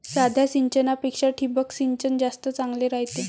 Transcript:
साध्या सिंचनापेक्षा ठिबक सिंचन जास्त चांगले रायते